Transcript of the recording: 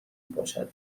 باشد